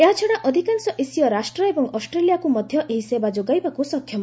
ଏହାଛଡ଼ା ଅଧିକାଂଶ ଏସୀୟ ରାଷ୍ଟ୍ର ଏବଂ ଅଷ୍ଟ୍ରେଲିଆକୁ ମଧ୍ୟ ଏହା ସେବା ଯୋଗାଇବାକୁ ସକ୍ଷମ